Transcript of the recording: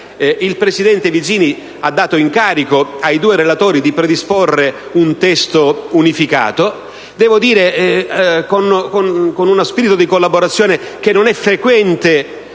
Il presidente Vizzini ha dato incarico ai due relatori di predisporre un testo unificato: con uno spirito di collaborazione che non è frequente